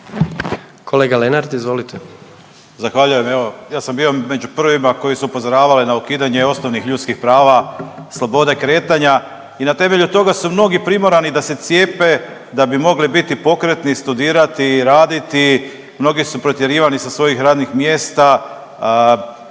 Kolega Lenart, izvolite.